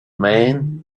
man